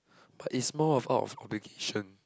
but is more of out of obligation